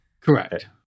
Correct